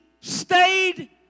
stayed